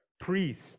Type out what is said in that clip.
priest